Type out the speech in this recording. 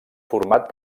format